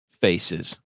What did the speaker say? faces